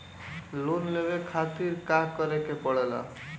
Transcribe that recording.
Loan लेवे के खातिर का करे के पड़ेला?